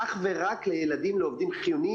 אך ורק לילדים לעובדים חיוניים.